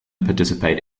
participate